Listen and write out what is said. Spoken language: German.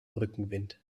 rückenwind